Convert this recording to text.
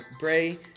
Bray